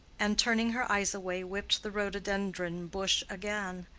and turning her eyes away whipped the rhododendron bush again.